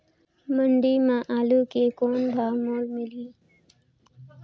मंडी म आलू के कौन भाव मोल मिलही?